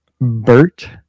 Bert